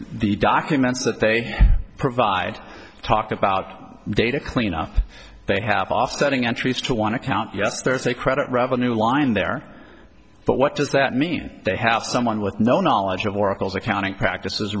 the documents that they provide talk about data cleanup they have offsetting entries to one account yes there's a credit revenue line there but what does that mean they have someone with no knowledge of oracle's accounting practices